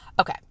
Okay